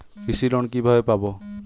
কৃষি লোন কিভাবে পাব?